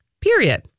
Period